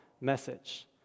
message